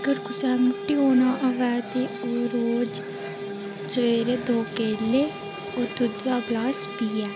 अगर कुसै मुट्टे होना होवै ते ओह् रोज़ सबेरे दो केले होर दुद्ध दा ग्लास पियै